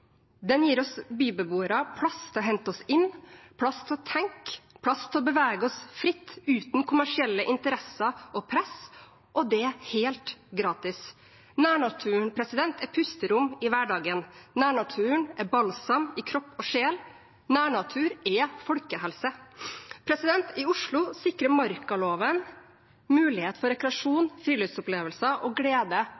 Den gir oss byboere plass til å hente oss inn, plass til å tenke, plass til å bevege oss fritt uten kommersielle interesser og press – og det er helt gratis. Nærnaturen er pusterom i hverdagen, nærnaturen er balsam for kropp og sjel, nærnatur er folkehelse. I Oslo sikrer markaloven mulighet for